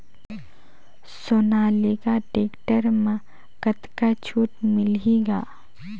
Sonalika tractor म कतका छूट मिलही ग?